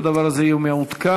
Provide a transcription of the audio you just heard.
שהדבר הזה יהיה מעודכן.